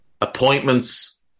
Appointments